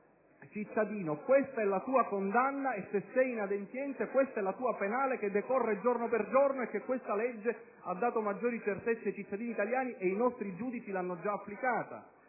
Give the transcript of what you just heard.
cittadino, questa è la tua condanna e, se sei inadempiente, questa è la tua penale, che decorre giorno per giorno». Questa legge ha dato maggiori certezze e i nostri giudici l'hanno già applicata.